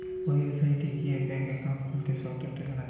ওয়েবসাইটে গিয়ে bank account খুললে সব তথ্য জানা যায়